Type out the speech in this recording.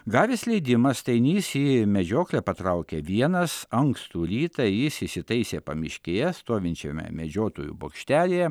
gavęs leidimą stainys į medžioklę patraukė vienas ankstų rytą jis įsitaisė pamiškėje stovinčiame medžiotojų bokštelyje